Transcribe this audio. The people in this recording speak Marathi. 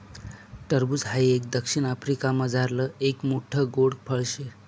टरबूज हाई एक दक्षिण आफ्रिकामझारलं एक मोठ्ठ गोड फळ शे